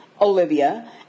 Olivia